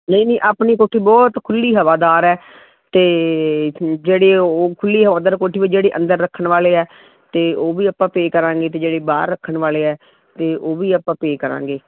ਨਹੀਂ ਨਹੀਂ ਆਪਣੀ ਕੋਠੀ ਬਹੁਤ ਖੁੱਲ੍ਹੀ ਹਵਾਦਾਰ ਹੈ ਅਤੇ ਜਿਹੜੀ ਉਹ ਖੁੱਲ੍ਹੀ ਹਵਾਦਾਰ ਕੋਠੀ ਵਿੱਚ ਜਿਹੜੇ ਅੰਦਰ ਰੱਖਣ ਵਾਲੇ ਆ ਅਤੇ ਉਹ ਵੀ ਆਪਾਂ ਪੇ ਕਰਾਂਗੇ ਅਤੇ ਜਿਹੜੇ ਬਾਹਰ ਰੱਖਣ ਵਾਲੇ ਆ ਅਤੇ ਉਹ ਵੀ ਆਪਾਂ ਪੇ ਕਰਾਂਗੇ